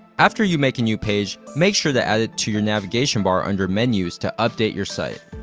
after you make a new page, make sure to add it to your navigation bar under menus to update your site.